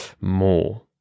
more